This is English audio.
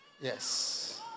Yes